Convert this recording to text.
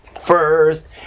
First